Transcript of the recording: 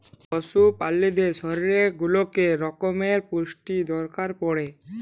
পশু প্রালিদের শরীরের ওলেক রক্যমের পুষ্টির দরকার পড়ে